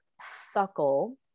suckle